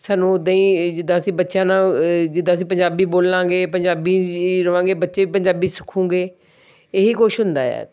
ਸਾਨੂੰ ਉਦਾਂ ਹੀ ਜਿੱਦਾਂ ਅਸੀਂ ਬੱਚਿਆਂ ਨਾਲ ਜਿੱਦਾਂ ਅਸੀਂ ਪੰਜਾਬੀ ਬੋਲਾਂਗੇ ਪੰਜਾਬੀ ਜੀ ਰਵਾਂਗੇ ਬੱਚੇ ਪੰਜਾਬੀ ਸਿੱਖੂਂਗੇ ਇਹੀ ਕੁਝ ਹੁੰਦਾ ਏ ਆ